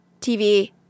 tv